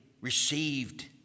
received